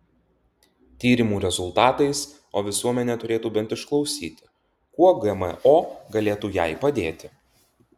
tyrimų rezultatais o visuomenė turėtų bent išklausyti kuo gmo galėtų jai padėti